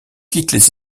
quittent